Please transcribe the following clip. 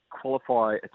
qualify